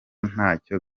ntacyo